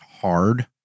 hard